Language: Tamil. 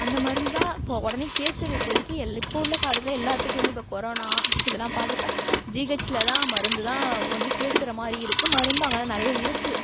அந்த மருந்து தான் இப்போது உடனே கேட்குது இப்போதைக்கி எல் இப்போ உள்ள காலத்தில் எல்லாத்துக்குமே இப்போ கொரோனா இதெல்லாம் பார்த்தா ஜிஹெச்சில் தான் மருந்து தான் உடனே கேட்கற மாதிரி இருக்குது மருந்தும் அங்கே தான் நிறைய இருக்குது